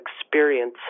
experience